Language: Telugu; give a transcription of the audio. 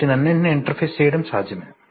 వీటన్నింటినీ ఇంటర్ఫేస్ చేయడం సాధ్యమే